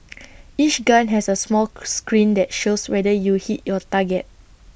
each gun has A small screen that shows whether you hit your target